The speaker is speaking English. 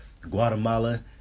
Guatemala